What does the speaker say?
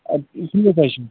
اَدٕ ٹھیٖک حظ چھُ